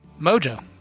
Mojo